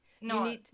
No